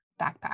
backpack